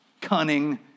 cunning